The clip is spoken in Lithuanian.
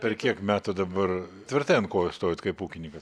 per kiek metų dabar tvirtai ant kojų stovit kaip ūkininkas